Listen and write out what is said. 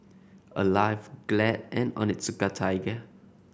Alive Glad and Onitsuka Tiger